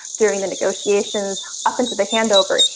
during the negotiations up into the handover,